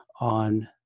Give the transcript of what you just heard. on